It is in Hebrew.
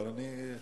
אבל אני,